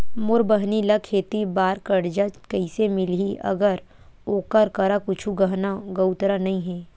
मोर बहिनी ला खेती बार कर्जा कइसे मिलहि, अगर ओकर करा कुछु गहना गउतरा नइ हे?